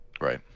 Right